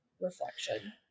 reflection